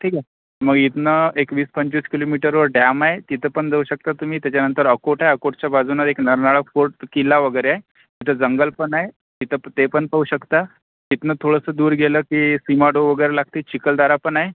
ठीक आहे मग इथनं एक वीसपंचवीस किलोमीटरवर डॅम आहे तिथं पण जाऊ शकता तुम्ही त्याच्यानंतर अकोट आहे अकोटच्या बाजूनं एक फोर्ट किल्ला वगैरे आहे तिथं जंगल पण आहे तिथं ते पण पाहू शकता तिथनं थोडंसं दूर गेलं की सीमाडोह वगैरे लागते चिखलदरा पण आहे